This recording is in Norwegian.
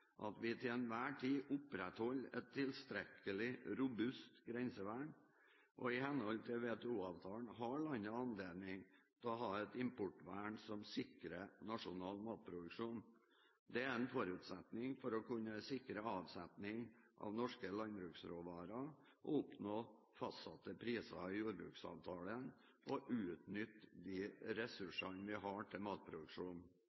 at vi til enhver tid opprettholder et tilstrekkelig robust grensevern. I henhold til WTO-avtalen har landet anledning til å ha et importvern som sikrer nasjonal matproduksjon. Det er en forutsetning for å kunne sikre avsetning av norske landbruksråvarer, oppnå fastsatte priser i jordbruksavtalen og utnytte de